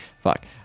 fuck